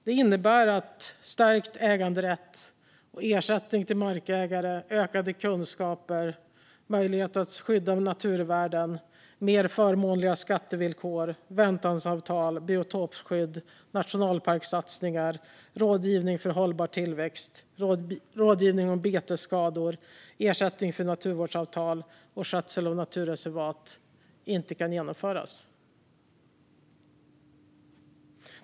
Det innebär att stärkt äganderätt och ersättning till markägare, ökade kunskaper, möjlighet till skydd av naturvärden, mer förmånliga skattevillkor, väntansavtal, biotopskydd, nationalparkssatsningar, rådgivning för hållbar tillväxt, rådgivning om betesskador, ersättning för naturvårdsavtal och skötsel av naturreservat inte kan genomföras.